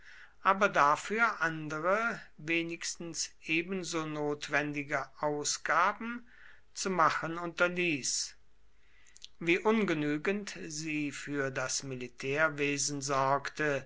aber dafür andere wenigstens ebenso notwendige ausgaben zu machen unterließ wie ungenügend sie für das